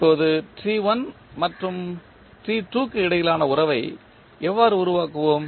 இப்போது மற்றும் க்கு இடையிலான உறவை எவ்வாறு உருவாக்குவோம்